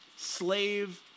slave